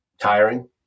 tiring